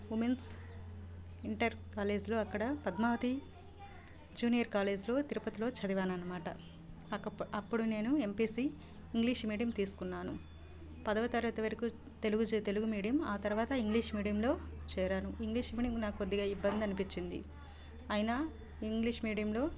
women's inter కాలేజ్లో అక్కడ Padmavati junior కాలేజ్లో తిరుపతిలో చదివాను అన్నమాట అక్కడ అప్పుడు నేను ఎంపీసీ ఇంగ్లీష్ మీడియం తీసుకున్నాను పదవ తరగతి వరకు తెలుగు తెలుగు మీడియం ఆ తర్వాత ఇంగ్లీష్ మీడియంలో చేరాను ఇంగ్లీష్ మీడియం నాకు కొద్దిగా ఇబ్బంది అనిపించింది అయినా ఇంగ్లీష్ మీడియంలో